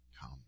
come